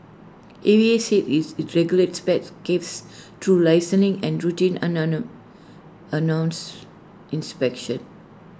A V A said is regulates pet cafes through licensing and routine announced inspections